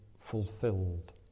fulfilled